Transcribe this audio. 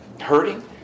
hurting